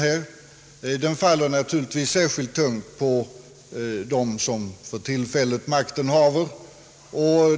Det ansvaret faller naturligtvis särskilt tungt på dem som för tillfället makten haver.